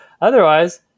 Otherwise